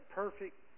perfect